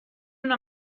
una